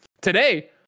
Today